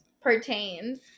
pertains